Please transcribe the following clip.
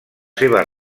seves